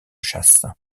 chasse